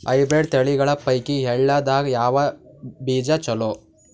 Hybrid ತಳಿಗಳ ಪೈಕಿ ಎಳ್ಳ ದಾಗ ಯಾವ ಬೀಜ ಚಲೋ?